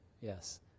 Yes